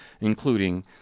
including